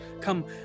come